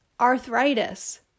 arthritis